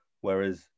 whereas